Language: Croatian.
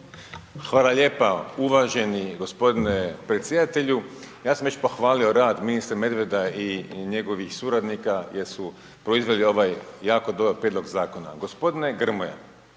Hvala lijepo uvaženi g. predsjedatelju. Ja sam već pohvalio rad ministra Medveda i njegovih suradnika jer su proizveli ovaj jako dobar prijedlog zakona. g. Grmoja,